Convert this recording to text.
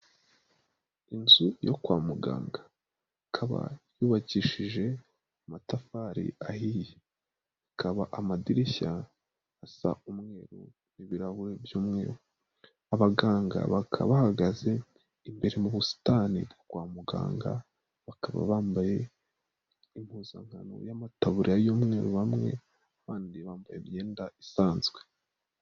Inzu yo kwa muganga ikaba yubakishije amatafari ahiye, ikaba amadirishya asa umweru ibirahuri by'umweru, abaganga bakaba bahagaze imbere mu busitani kwa muganga bakaba bambaye impuzankano y'amataburiya y'umweru bamwe, abandi bambaye imyenda isanzwe.